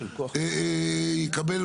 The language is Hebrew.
יקבל,